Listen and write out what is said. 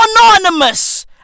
anonymous